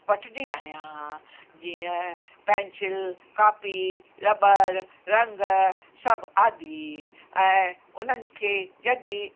वठंदी आहियां जीअं पेंसिल कापी रबड़ रंग सभु आदि ऐं उन्हनि खे जॾहिं